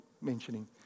mentioning